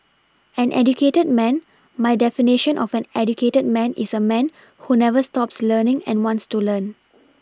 an educated man my definition of an educated man is a man who never stops learning and wants to learn